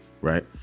right